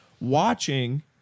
watching